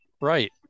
Right